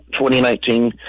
2019